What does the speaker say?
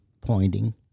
pointing